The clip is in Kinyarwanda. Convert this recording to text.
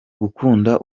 gukunda